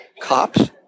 cops